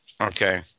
Okay